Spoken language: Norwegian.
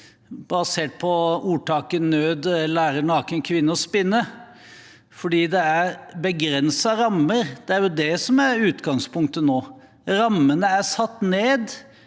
basert på ordtaket «nød lærer naken kvinne å spinne», fordi det er begrensede rammer. Det er jo det som er utgangspunktet nå: Rammene er satt ned.